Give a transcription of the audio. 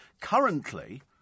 currently